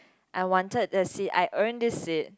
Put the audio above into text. I wanted a seat I earned this seat